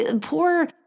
poor